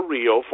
Rio